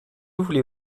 voulez